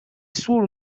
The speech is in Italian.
sul